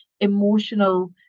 emotional